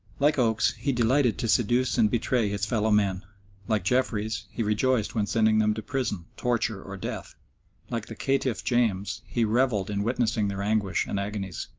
like oates, he delighted to seduce and betray his fellow-men like jeffreys, he rejoiced when sending them to prison, torture, or death like the caitiff james, he revelled in witnessing their anguish and agonies.